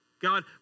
God